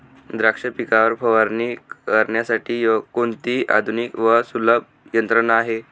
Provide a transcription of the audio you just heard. द्राक्ष पिकावर फवारणी करण्यासाठी कोणती आधुनिक व सुलभ यंत्रणा आहे?